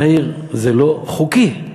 מאיר, זה לא חוקי.